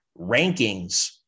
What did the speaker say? rankings